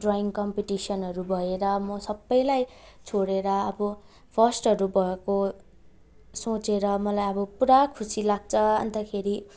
drawing कम्पिटिसनहरू भएर म सबैलाई छोडेर अब फर्स्टहरू भएको सोचेर मलाई अब पुरा खुसी लाग्छ अन्तखेरि